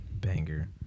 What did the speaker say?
banger